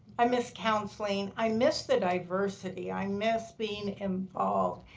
i miss counselling. i miss the diversity. i miss being involved.